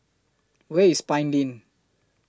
Where IS Pine Lane